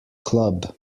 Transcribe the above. club